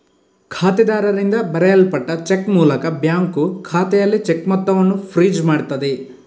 ಖಾತೆದಾರರಿಂದ ಬರೆಯಲ್ಪಟ್ಟ ಚೆಕ್ ಮೂಲಕ ಬ್ಯಾಂಕು ಖಾತೆಯಲ್ಲಿ ಚೆಕ್ ಮೊತ್ತವನ್ನ ಫ್ರೀಜ್ ಮಾಡ್ತದೆ